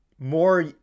More